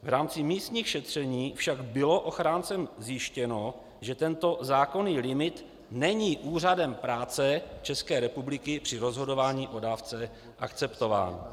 V rámci místních šetření však bylo ochráncem zjištěno, že tento zákonný limit není Úřadem práce České republiky při rozhodování o dávce akceptován.